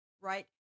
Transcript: right